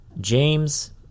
James